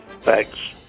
Thanks